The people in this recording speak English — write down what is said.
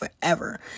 forever